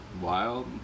Wild